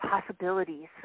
possibilities